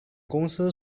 公司